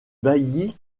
bailli